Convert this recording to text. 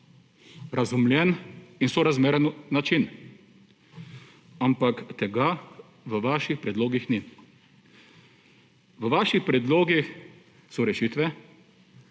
razumljen in sorazmeren način, ampak tega v vaših predlogih ni. V vaših predlogih so rešitve,